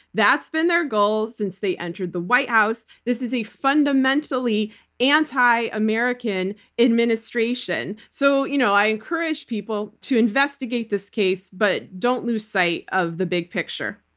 that's been their goal since they entered the white house. this is a fundamentally anti-american administration. so you know i encourage people to investigate this case, but don't lose sight of the big picture.